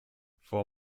for